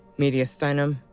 mediastinum,